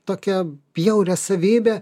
tokią bjaurią savybę